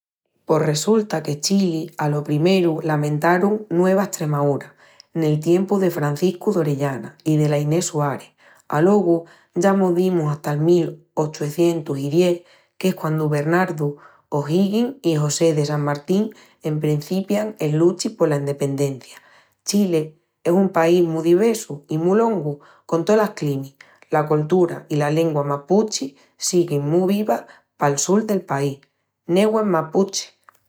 Pos resulta que Chili alo primeru la mentarun Nueva Estremaúra, nel tiempu del Franciscu d'Orellana i dela Inés Suárez. Alogu ya mos dimus hata'l mil ochucientus-i-dies, qu'es quandu Bernardo O'Higgins i José de San Martín emprencipian el luchi pola endependencia. Chile es un país mu divessu i mu longu., con tolas climis. La coltura i la lengua mapuchi siguin mu vivas pal sul del país. Newen Mapuche!